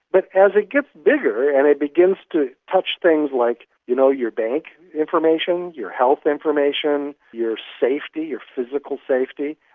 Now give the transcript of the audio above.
but as it gets bigger and it begins to touch things like you know your bank information, your health information, your safety, your physical safety,